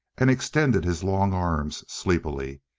and extended his long arms sleepily.